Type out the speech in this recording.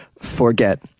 forget